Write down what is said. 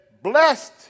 Blessed